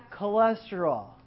Cholesterol